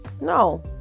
No